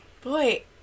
Boy